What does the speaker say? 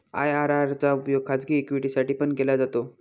IRR चा उपयोग खाजगी इक्विटी साठी पण केला जातो